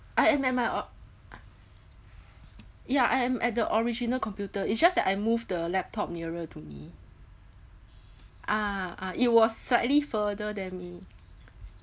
I am at my uh ya I am at the original computer it's just that I move the laptop nearer to me ah ah it was slightly further than me